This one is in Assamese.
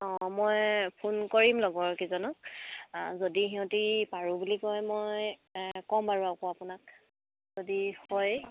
অঁ মই ফোন কৰিম লগৰ কেইজনক যদি সিহঁতি পাৰোঁ বুলি কয় মই ক'ম বাৰু আকৌ আপোনাক যদি হয়